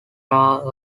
are